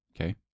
Okay